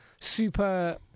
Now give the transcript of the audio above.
super